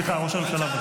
סליחה, ראש הממשלה.